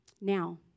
Now